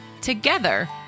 together